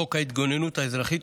לחוק ההתגוננות האזרחית,